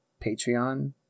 patreon